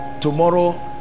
tomorrow